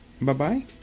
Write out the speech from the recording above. bye-bye